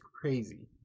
crazy